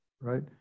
right